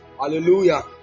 Hallelujah